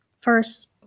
First